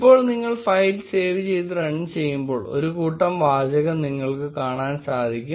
ഇപ്പോൾ നിങ്ങൾ file save ചെയ്ത് റൺ ചെയ്യുമ്പോൾ ഒരു കൂട്ടംവാചകം നിങ്ങൾക്ക് കാണാൻ സാധിക്കും